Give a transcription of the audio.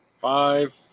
Five